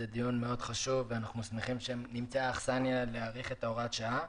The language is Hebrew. זה דיון חשוב מאוד ואנחנו שמחים שנמצאה אכסניה להאריך את הוראת השעה.